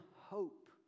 hope